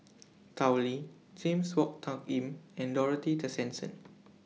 Tao Li James Wong Tuck Yim and Dorothy Tessensohn